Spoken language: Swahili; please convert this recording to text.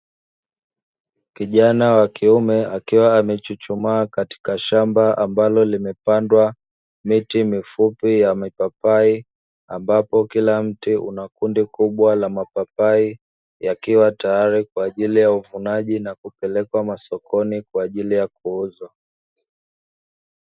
Kijana wa kiume akiwa amechuchumaa katika shamba ambalo limepandwa miche mifupi ya mipapai, ambapo kila mti unakundi kubwa la mapapai yakiwa tayari kwa ajili ya uvunaji na kupelekwa sokoni kwa ajili ya kuuzwa.